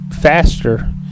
faster